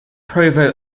provo